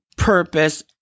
purpose